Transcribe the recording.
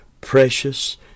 precious